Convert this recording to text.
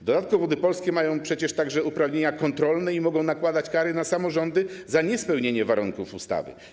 W dodatku Wody Polskie mają przecież także uprawnienia kontrolne i mogą nakładać kary na samorządy za niespełnienie warunków ustawy.